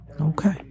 Okay